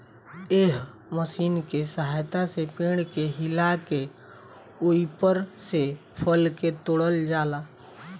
एह मशीन के सहायता से पेड़ के हिला के ओइपर से फल के तोड़ल जाला